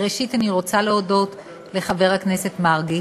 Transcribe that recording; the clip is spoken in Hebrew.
בראשית דברי אני רוצה להודות לחבר הכנסת מרגי